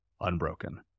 unbroken